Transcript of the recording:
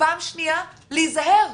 ופעם שנייה להיזהר,